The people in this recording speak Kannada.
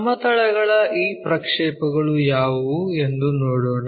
ಸಮತಲಗಳ ಈ ಪ್ರಕ್ಷೇಪಗಳು ಯಾವುವು ಎಂದು ನೋಡೋಣ